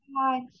hi